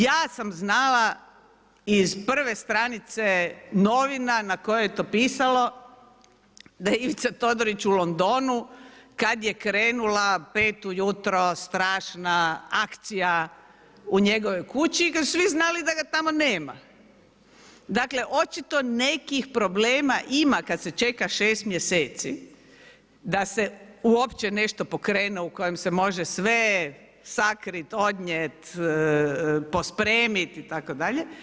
Ja sam znala iz prve stranice novina na kojima je to pisalo da je Ivica Todorić u Londonu kad je krenula 5 ujutro strašna akcija u njegovoj kući jer su svi znali da ga tamo nema, dakle očito nekih problema ima kad se čeka 6 mjeseci, da se uopće nešto pokrene u kojem se može sve sakriti, odnijeti, pospremiti itd.